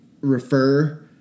refer